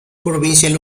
provincial